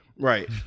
Right